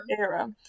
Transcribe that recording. era